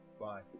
Bye